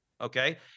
Okay